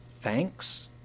Thanks